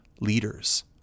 leaders